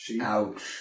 Ouch